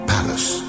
Palace